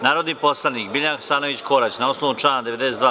Narodni poslanik Biljana Hasanović Korać na osnovu člana 92.